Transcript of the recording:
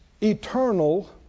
eternal